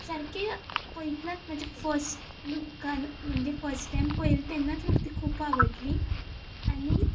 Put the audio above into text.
सारके पयतनाच म्हाजे फस्ट लुकान म्हणजे फस्ट टायम पयली तेन्नाच म्हाका ती खूब आवडली आनी